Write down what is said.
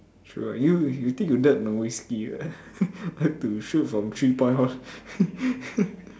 true right you you think you that risky ah like to shoot from three point [one]